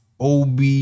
OB